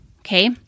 Okay